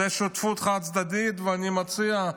זו שותפות חד-צדדית, ואני מציע: